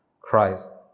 Christ